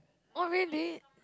oh really